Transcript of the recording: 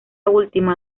última